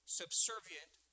subservient